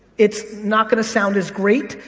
it's not going to sound as great,